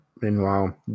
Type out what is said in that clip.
Meanwhile